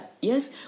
Yes